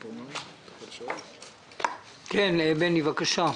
15-27-19. בבקשה,